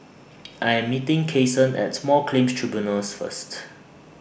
I Am meeting Cason At Small Claims Tribunals First